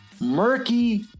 murky